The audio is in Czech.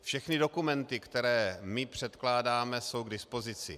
Všechny dokumenty, které my předkládáme, jsou k dispozici.